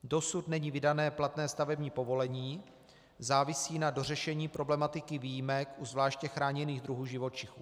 Dosud není vydané platné stavební povolení, závisí na dořešení problematiky výjimek u zvláště chráněných druhů živočichů.